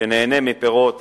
שנהנה מפירות